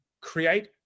create